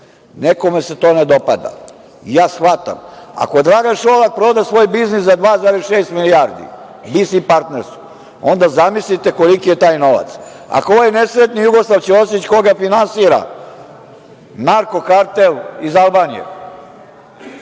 se to ne dopada. Ja shvatam, ako Dragan Šolak proda svoj biznis za 2,6 milijardi „BC partners“, onda zamislite koliki je taj novac. Ako, ovaj nesretni Jugoslav Ćosić, koga finansira, narko kartel iz Albanije,